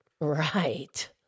Right